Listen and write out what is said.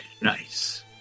Nice